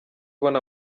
ubona